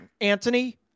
Anthony